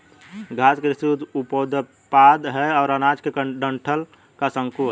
घास कृषि उपोत्पाद है और अनाज के डंठल का शंकु है